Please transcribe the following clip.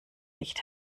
nicht